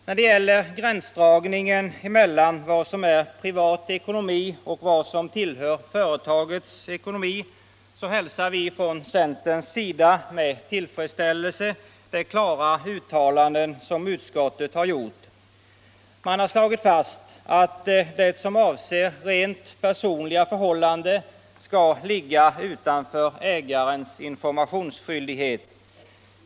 När det gäller gränsdragningen mellan vad som är privat ekonomi och vad som tillhör företagets ekonomi hälsar vi från centern med tillfredsställelse de klara uttalanden som utskottet har gjort. Man har i betänkandet slagit fast att det som avser rent personliga förhållanden skall ligga utanför ägarens informationsskyldighet.